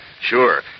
Sure